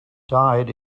died